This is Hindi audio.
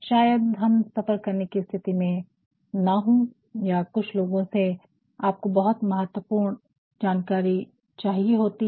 शायद हम सफर करने कि स्थिति में न हो या कुछ लोगो से आपको महत्वपूर्ण जानकारी चाहिए होती है